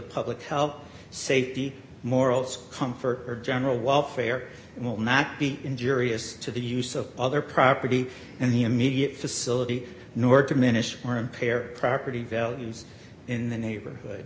public health safety morals comfort or general welfare will not be injurious as to the use of other property and the immediate facility nor to minish or impair property values in the neighborhood